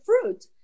fruit